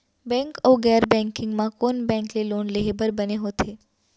Bank अऊ गैर banking म कोन बैंक ले लोन लेहे बर बने होथे?